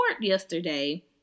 yesterday